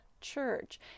church